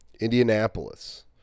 Indianapolis